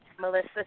Melissa